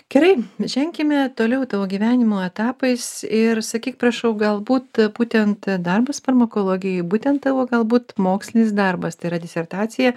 gerai ženkime toliau tavo gyvenimo etapais ir sakyk prašau galbūt būtent darbas farmakologijoj būtent tavo galbūt mokslinis darbas tai yra disertacija